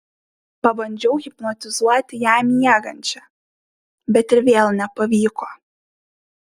pabandžiau hipnotizuoti ją miegančią bet ir vėl nepavyko